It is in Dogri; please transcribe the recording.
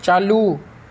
चालू